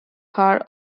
part